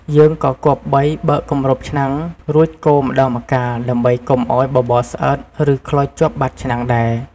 យើងក៏គប្បីបើកគម្របឆ្នាំង រួចកូរម្តងម្កាលដើម្បីកុំឱ្យបបរស្អិត ឬខ្លោចជាប់បាតឆ្នាំងដែរ។